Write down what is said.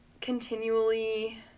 continually